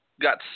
got